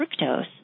fructose